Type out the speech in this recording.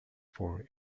for